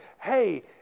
hey